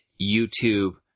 YouTube